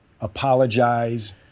apologize